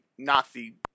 ...Nazi